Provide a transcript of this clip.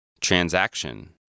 Transaction